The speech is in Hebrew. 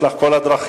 יש לך כל הדרכים.